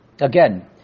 again